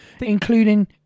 including